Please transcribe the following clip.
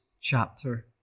chapter